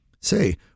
say